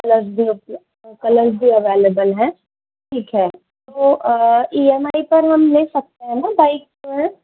colour भी अब्ल colour भी अवैलबल है ठीक है तो ई एम आई पर हम ले सकते है ना बाइक पर है